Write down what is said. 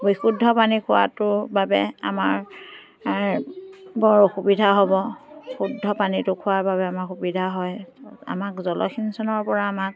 বিশুদ্ধ পানী খোৱাটোৰ বাবে আমাৰ বৰ অসুবিধা হ'ব শুদ্ধ পানীটো খোৱাৰ বাবে আমাৰ সুবিধা হয় আমাক জলসিঞ্চনৰ পৰা আমাক